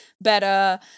better